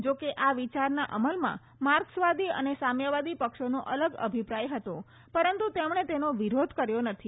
જોકે આ વિચારના અમલમાં માર્કસવાદી અને સામ્યવાદી પક્ષોનો અલગ અભિપ્રાય હતો પરંતુ તેમણે તેનો વિરોધ કર્યો નથી